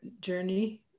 Journey